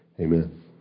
Amen